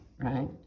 right